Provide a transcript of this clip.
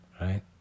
right